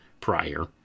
prior